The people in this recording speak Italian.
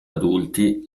adulti